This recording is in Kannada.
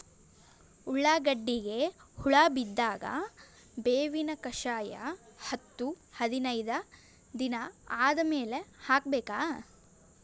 ಉಳ್ಳಾಗಡ್ಡಿಗೆ ಹುಳ ಬಿದ್ದಾಗ ಬೇವಿನ ಕಷಾಯ ಹತ್ತು ಹದಿನೈದ ದಿನ ಆದಮೇಲೆ ಹಾಕಬೇಕ?